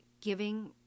giving